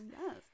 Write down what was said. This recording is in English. Yes